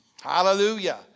Hallelujah